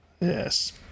Yes